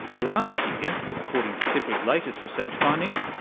last year, according to sipri's latest research findings,